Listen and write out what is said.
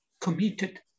committed